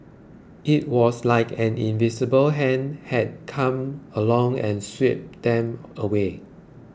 it was like an invisible hand had come along and swept them away